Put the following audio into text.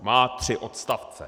Má tři odstavce.